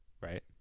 right